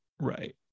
Right